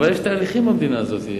אבל יש תהליכים במדינה הזאת.